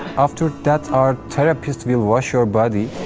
after that, our therapist will wash your body.